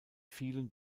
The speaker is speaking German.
vielen